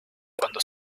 cuando